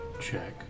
check